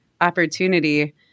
opportunity